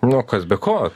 nu o kas be ko